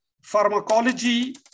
pharmacology